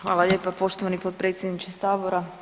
Hvala lijepa poštovani potpredsjedniče sabora.